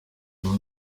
ubu